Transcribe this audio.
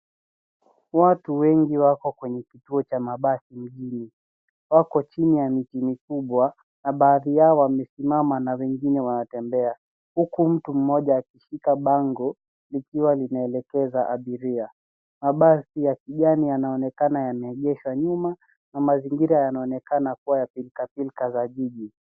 Watu wengi wako kwenye kituo cha mabasi mjini, wako chini ya miti mikubwa na baadhi yao wamesimama na wengine wanatembea, huku mtu mmoja akishika bango, likiwa linaelekeza abiria. Mabasi ya kijani yanaonekana yameegeshwa nyuma, na mazingira yanaonekana kuwa ya pilka pilka za jiji.